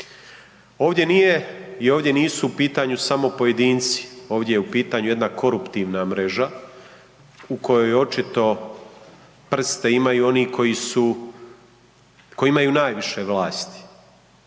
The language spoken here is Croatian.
ovdje nisu u pitanju samo pojedinci, ovdje je u pitanju jedna koruptivna mreža u kojoj očito prste imaju i oni koji su koji imaju najviše vlasti.